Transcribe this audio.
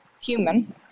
human